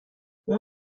اون